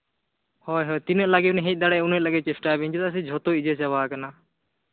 ᱦᱳᱭ ᱦᱳᱭ ᱛᱤᱱᱟᱹᱜ ᱞᱚᱜᱚᱱ ᱵᱮᱱ ᱦᱮᱡ ᱫᱟᱲᱮᱭᱟᱜᱼᱟ ᱩᱱᱟᱹᱜ ᱞᱚᱜᱚᱱᱜᱮ ᱪᱮᱥᱴᱟᱭ ᱵᱤᱱ ᱪᱮᱫᱟᱜ ᱥᱮ ᱡᱷᱚᱛᱚ ᱤᱭᱟᱹ ᱪᱟᱵᱟ ᱠᱟᱱᱟ